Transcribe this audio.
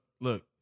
look